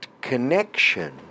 Connection